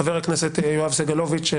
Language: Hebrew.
חבר הכנסת יואב סגלוביץ'.